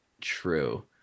True